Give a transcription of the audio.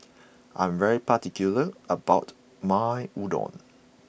I am particular about my Udon